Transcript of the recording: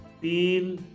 Feel